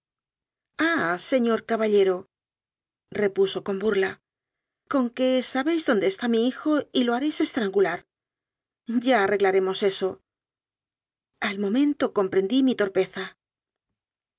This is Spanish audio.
señor ca ballero repuso con burla con que sabéis dónde está mi hijo y lo haréis estrangular ya arreglaremos eso al momento comprendí mi torpeza